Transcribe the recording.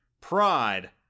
pride